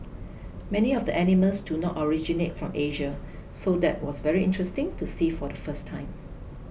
many of the animals do not originate from Asia so that was very interesting to see for the first time